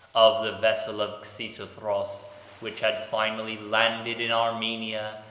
of the vessel of xisuthros, which had finally landed in armenia,